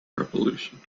revolution